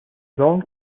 zone